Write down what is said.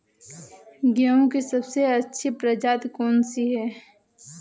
गेहूँ की सबसे अच्छी प्रजाति कौन सी है?